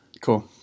cool